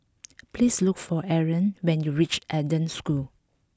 please look for Ariane when you reach Eden School